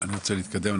אני רוצה להתקדם.